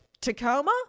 Tacoma